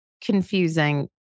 confusing